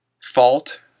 fault